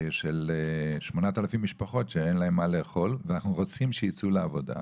של 8,000 משפחות שאין להן מה לאכול ואנחנו רוצים שייצאו לעבודה,